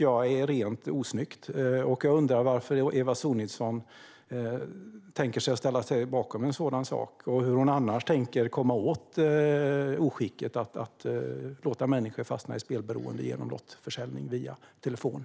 Jag undrar varför Eva Sonidsson tänker ställa sig bakom en sådan sak och hur hon annars tänker komma åt oskicket att låta människor fasta i spelberoende genom lottförsäljning via telefon.